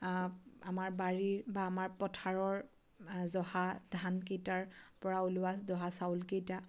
আমাৰ বাৰীৰ বা আমাৰ পথাৰৰ জহা ধানকেইটাৰপৰা ওলোৱা জহা চাউলকেইটা